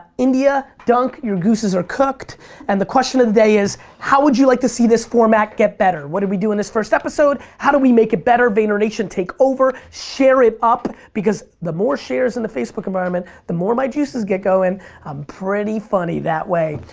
india, dunk, your gooses are cooked and the question of the day is how would you like to see this format get better? what did we do in the first episode, how do we make it better? vayner nation take over. share it up because the more shares in the facebook environment the more my juices get going. i'm pretty funny that way.